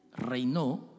Reinó